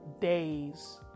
days